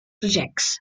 projects